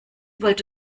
wollte